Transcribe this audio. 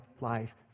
life